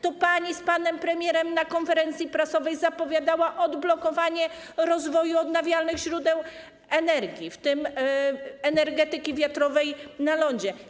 To pani z panem premierem na konferencji prasowej zapowiadała odblokowanie rozwoju odnawialnych źródeł energii, w tym energetyki wiatrowej na lądzie.